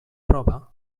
prova